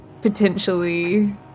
potentially